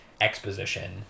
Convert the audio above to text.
exposition